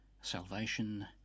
Salvation